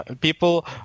People